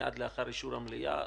מייד לאחר אישור המליאה.